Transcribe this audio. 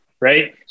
right